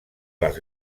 les